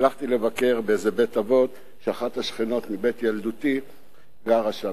הלכתי לבקר באיזה בית-אבות שאחת השכנות מבית ילדותי גרה שם,